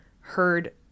heard